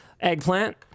Eggplant